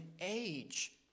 age